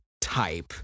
type